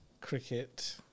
Cricket